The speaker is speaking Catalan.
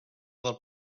del